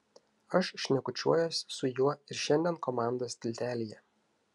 aš šnekučiuojuosi su juo ir šiandien komandos tiltelyje